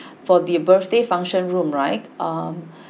for the birthday function room right um